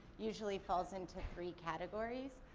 usually falls into three categories.